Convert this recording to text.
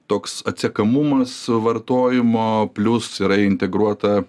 toks atsekamumas vartojimo plius yra integruota